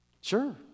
Sure